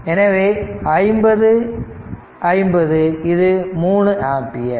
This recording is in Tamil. எனவே இது 50 50 இது 3 ஆம்பியர்